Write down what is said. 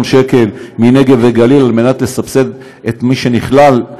שקל מנגב וגליל כדי לסבסד את מי שנכלל,